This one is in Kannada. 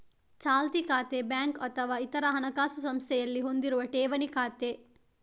ಚಾಲ್ತಿ ಖಾತೆ ಬ್ಯಾಂಕು ಅಥವಾ ಇತರ ಹಣಕಾಸು ಸಂಸ್ಥೆಯಲ್ಲಿ ಹೊಂದಿರುವ ಠೇವಣಿ ಖಾತೆ